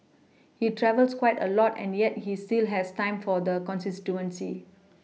he travels quite a lot and yet he still has time for the constituency